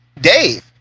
Dave